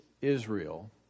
Israel